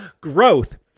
growth